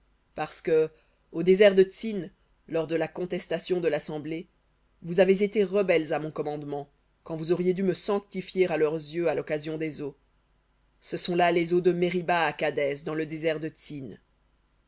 parce que au désert de tsin lors de la contestation de l'assemblée vous avez été rebelles à mon commandement quand vous auriez dû me sanctifier à leurs yeux à l'occasion des eaux ce sont là les eaux de meriba à kadès dans le désert de